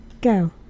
Go